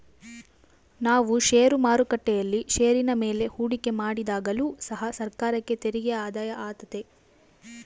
ನಾವು ಷೇರು ಮಾರುಕಟ್ಟೆಯಲ್ಲಿ ಷೇರಿನ ಮೇಲೆ ಹೂಡಿಕೆ ಮಾಡಿದಾಗಲು ಸಹ ಸರ್ಕಾರಕ್ಕೆ ತೆರಿಗೆ ಆದಾಯ ಆತೆತೆ